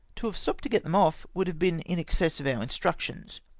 to have stopped to get them off would have been in excess of our instructions.